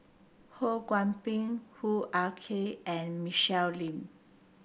Ho Kwon Ping Hoo Ah Kay and Michelle Lim